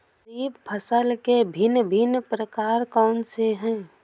खरीब फसल के भिन भिन प्रकार कौन से हैं?